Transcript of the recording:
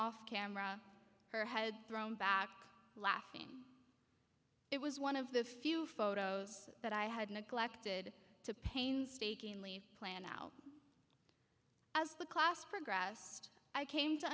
off camera her head thrown back laughing it was one of the few photos that i had neglected to painstakingly plan out as the class progressed i came to